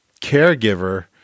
caregiver